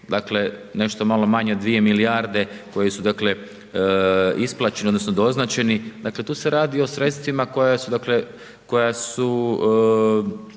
dakle nešto malo manje od 2 milijarde koje su isplaćene odnosno doznačeni, dakle tu se radi o sredstvima koja su kako bi